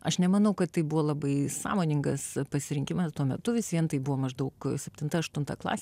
aš nemanau kad tai buvo labai sąmoningas pasirinkimas tuo metu vis vien tai buvo maždaug septinta aštunta klasė